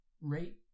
rate